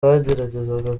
bageragezaga